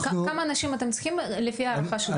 כמה אנשים אתם צריכים לפי ההערכה שלך?